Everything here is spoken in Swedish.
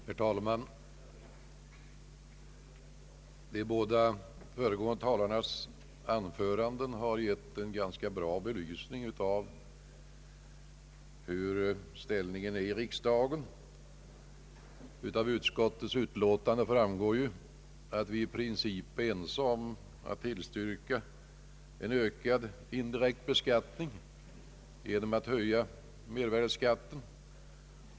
Herr talman! De båda föregående talarnas anföranden har gett en ganska god bild av ställningen i riksdagen. Av utskottets betänkande framgår att vi i princip är ense om att tillstyrka en ökad indirekt beskattning genom att höja mervärdeskatten.